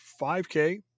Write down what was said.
5k